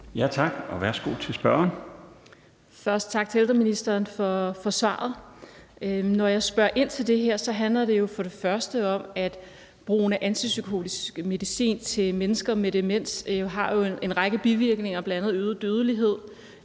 Kl. 15:53 Marlene Harpsøe (DD): Først tak til ældreministeren for svaret. Når jeg spørger ind til det her, handler det for det første om, at brugen af antipsykotisk medicin til mennesker med demens jo har en række bivirkninger, bl.a. øget dødelighed,